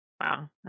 Wow